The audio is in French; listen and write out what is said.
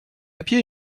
papier